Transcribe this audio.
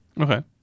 Okay